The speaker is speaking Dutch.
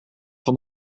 van